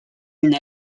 une